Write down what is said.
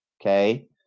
okay